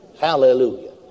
Hallelujah